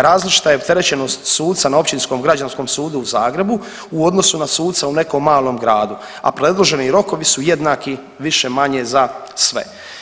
Različita je opterećenost suca na Općinskom građanskom sudu u Zagrebu u odnosu na suca u nekom malom gradu, a predloženi rokovi su jednaki više-manje za sve.